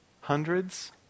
hundreds